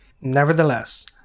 Nevertheless